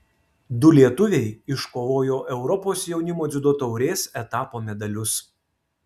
du lietuviai iškovojo europos jaunimo dziudo taurės etapo medalius